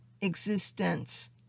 existence